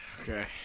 Okay